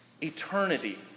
eternity